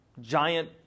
giant